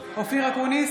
אופיר אקוניס,